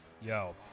yo